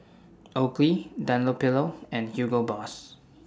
Oakley Dunlopillo and Hugo Boss